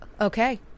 okay